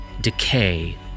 decay